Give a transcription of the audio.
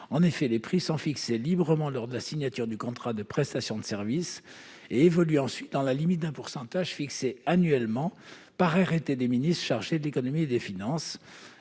En effet, les prix sont fixés librement lors de la signature du contrat de prestation de service et évoluent ensuite dans la limite d'un pourcentage fixé annuellement par arrêté des ministres chargés de l'économie et des finances,